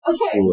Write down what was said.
Okay